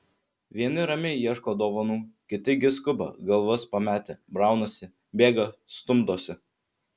vieni ramiai ieško dovanų kiti gi skuba galvas pametę braunasi bėga stumdosi